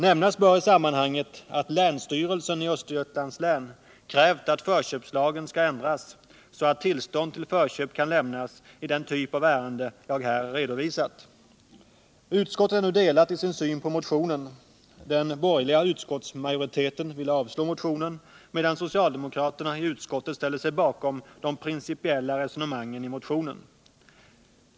Nämnas bör i sammanhanget att länsstyrelsen i Östergötlands län krävt att förköpslagen skall ändras så att tillstånd till förköp kan lämnas i den typ av ärende jag här redovisat. Utskottet är delat i sin syn på motionen. Den borgerliga utskottsmajoriteten vill avslå motionen, medan socialdemokraterna i utskottet ställer sig bakom de principiella resonemangen i motionen.